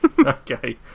Okay